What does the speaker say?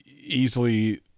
easily